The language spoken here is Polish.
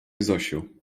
zosiu